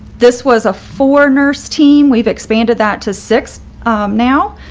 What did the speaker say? this was a four nurse team. we've expanded that to six now,